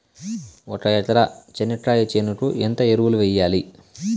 ఒక ఎకరా చెనక్కాయ చేనుకు ఎంత ఎరువులు వెయ్యాలి?